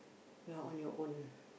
you're on your own